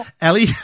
Ellie